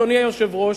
אדוני היושב-ראש,